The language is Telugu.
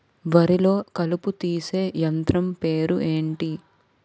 వరి లొ కలుపు తీసే యంత్రం పేరు ఎంటి?